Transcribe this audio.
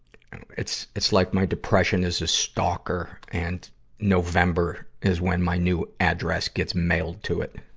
it's it's like my depression is a stalker, and november is when my new address gets mailed to it.